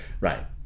right